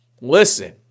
Listen